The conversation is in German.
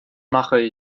mache